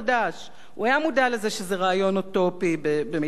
הוא היה מודע לזה שזה רעיון אוטופי במידה רבה מאוד,